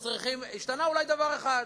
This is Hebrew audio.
השתנה אולי דבר אחד: